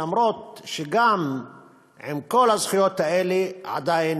אף-על-פי שגם עם כל הזכויות האלה הם עדיין